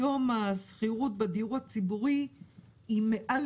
היום השכירות בדיור הציבורי היא מעל